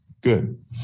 good